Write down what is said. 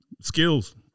skills